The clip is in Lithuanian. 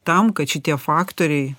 tam kad šitie faktoriai